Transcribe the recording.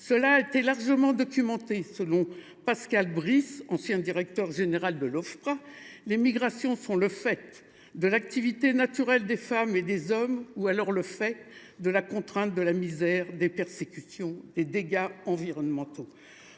ce qui a largement été démontré. Selon Pascal Brice, ancien directeur général de l’Ofpra, les migrations « sont le fait de l’activité naturelle des femmes et des hommes ou alors le fait de la contrainte, de la misère, des persécutions, des dégâts environnementaux